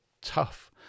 tough